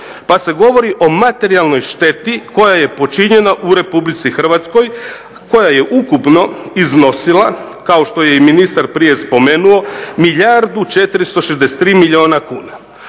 pa se govori o materijalnoj šteti koja je počinjena u Republici Hrvatskoj koja je ukupno iznosila kao što je i ministar prije spomenuo milijardu i 463 milijuna kuna.